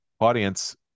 Audience